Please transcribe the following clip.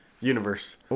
Universe